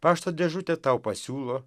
pašto dėžutė tau pasiūlo